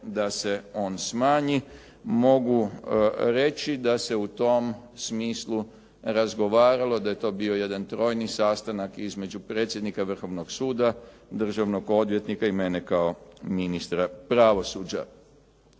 da se on smanji. Mogu reći da se u tom smislu razgovaralo, da je to bio jedan trojni sastanak između predsjednika Vrhovnog suda, državnog odvjetnika i mene kao ministra pravosuđa.